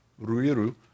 Ruiru